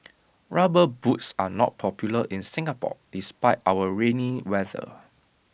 rubber boots are not popular in Singapore despite our rainy weather